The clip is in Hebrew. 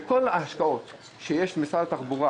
מתוך כל ההשקעות שיש למשרד התחבורה